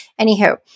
anywho